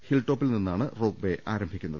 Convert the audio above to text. ഹിൽടോപ്പിൽനിന്നാണ് ropeway ആരംഭിക്കുന്നത്